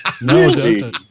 No